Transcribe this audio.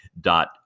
dot